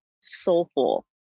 soulful